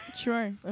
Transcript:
Sure